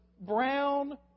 brown